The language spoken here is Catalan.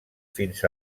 fins